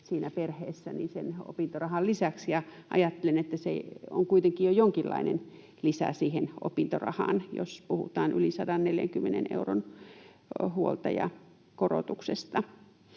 lisäksi, jos on lapsi perheessä. Ajattelen, että se on kuitenkin jo jonkinlainen lisä siihen opintorahaan, jos puhutaan yli 140 euron huoltajakorotuksesta.